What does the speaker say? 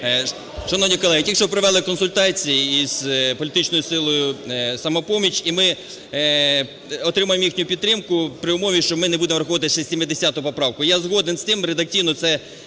Шановні колеги, тільки що провели консультації із політичною силою "Самопоміч", і ми отримаємо їхню підтримку при умові, що ми не будемо враховувати ще 70 поправку. Я згоден з тим, редакційно це